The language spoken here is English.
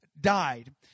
died